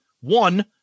one